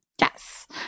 Yes